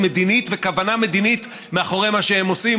מדינית וכוונה מדינית מאחורי מה שהם עושים,